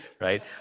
right